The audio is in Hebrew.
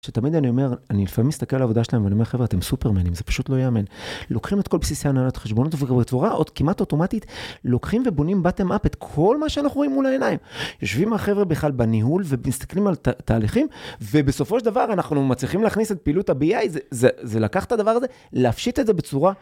שתמיד אני אומר, אני לפעמים מסתכל על העבודה שלהם, ואומרים להם חברה, אתם סופרמנים, זה פשוט לא ייאמן. לוקחים את כל בסיסי ההנהלת החשבונות בצורה עוד כמעט אוטומטית, לוקחים ובונים בוטום-אפ את כל מה שאנחנו רואים מול העיניים. יושבים החברה בכלל בניהול ומסתכלים על תהליכים, ובסופו של דבר אנחנו מצליחים להכניס את פעילות הבי-איי, זה לקח את הדבר הזה, להפשיט את זה בצורה...